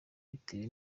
bitewe